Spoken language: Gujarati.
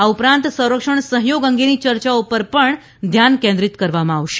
આ ઉપરાંત સંરક્ષણ સહયોગ અંગેની ચર્ચાઓ પર પણ ધ્યાન કેન્દ્રિત કરવામાં આવશે